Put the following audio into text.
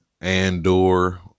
Andor